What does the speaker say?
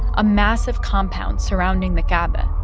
a massive compound surrounding the kaaba,